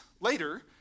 later